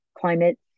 climate